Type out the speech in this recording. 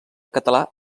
català